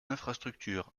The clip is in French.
infrastructures